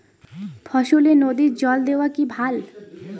ফসলে নদীর জল দেওয়া কি ভাল?